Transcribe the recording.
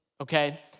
okay